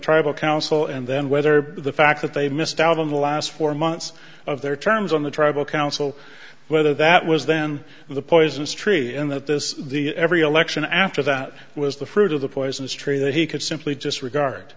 tribal council and then whether the fact that they missed out on the last four months of their terms on the tribal council whether that was then the poisonous tree in that this the every election after that was the fruit of the poisonous tree that he could simply disregard